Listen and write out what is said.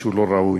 שהוא לא ראוי.